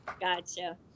Gotcha